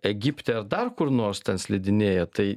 egipte ar dar kur nors ten slidinėja tai